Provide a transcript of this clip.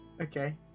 okay